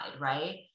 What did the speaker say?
right